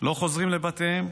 לא חוזרים לבתיהם,